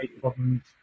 problems